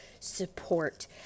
support